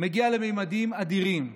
מגיע לממדים אדירים.